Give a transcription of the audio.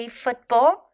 football